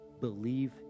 believe